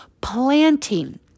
planting